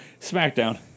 Smackdown